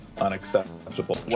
unacceptable